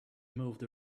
moved